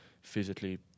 physically